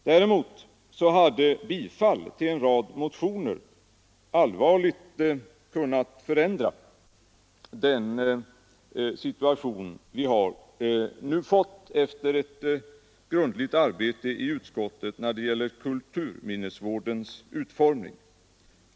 Däremot hade bifall till en rad motioner allvarligt kunnat förändra den situation vi nu har fått efter ett grundligt arbete i utskottet när det gäller kulturminnesvårdens utformning.